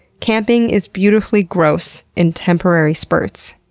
camping is beautifully gross in temporary spurts.